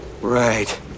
Right